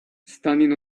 standing